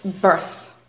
birth